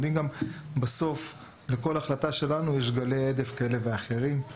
יודעים שלכל החלטה שלנו יש גלי הדף כאלה ואחרים.